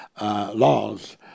laws